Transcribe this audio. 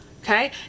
okay